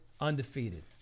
undefeated